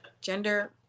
gender